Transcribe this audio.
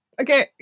Okay